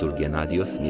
ghenadios,